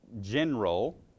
general